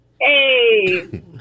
Hey